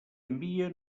envia